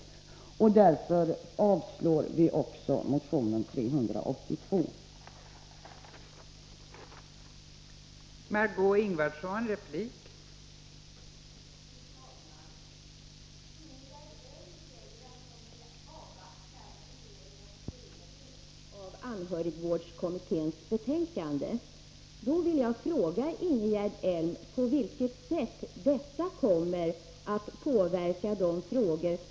Därför yrkar vi avslag på motion 1982/83:382. Jag yrkar bifall till utskottets hemställan.